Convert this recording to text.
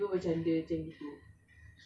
terkejut a'ah lah